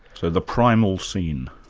so, the primal scene?